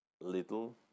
little